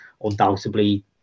undoubtedly